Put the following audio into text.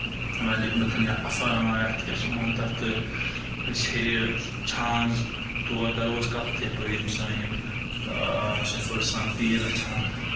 ولی کُنَتھ یا اف یَتھ کیاہ چھِ وَنان تَتھ أسۍ ہیٚرِ چھان تور کَرو أسۍ کَتھ یَپٲرۍ یِم سٲنۍ یِم شفٲڈ سان تیٖر رچھان